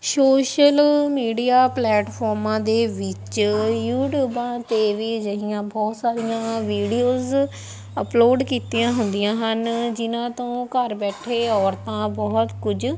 social media ਪਲੈਟਫੋਰਮਾਂ ਦੇ ਵਿੱਚ ਯੂਟਿਊਬਾਂ 'ਤੇ ਵੀ ਅਜਿਹੀਆਂ ਬਹੁਤ ਸਾਰੀਆਂ ਵੀਡੀਓਜ਼ ਅਪਲੋਡ ਕੀਤੀਆਂ ਹੁੰਦੀਆਂ ਹਨ ਜਿਹਨਾਂ ਤੋਂ ਘਰ ਬੈਠੇ ਔਰਤਾਂ ਬਹੁਤ ਕੁਝ